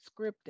scripting